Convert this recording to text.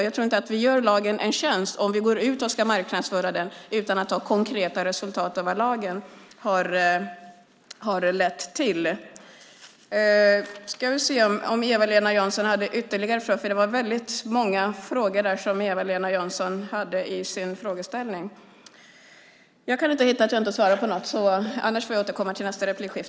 Jag tror inte att vi gör lagen en tjänst om vi går ut och marknadsför den utan konkreta resultat av vad lagen har lett till. Eva-Lena Jansson hade många frågor, men jag tror att jag har besvarat alla. Annars får jag återkomma i nästa inlägg.